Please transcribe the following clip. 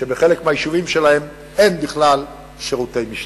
שבחלק מהיישובים שלהם אין בכלל שירותי משטרה.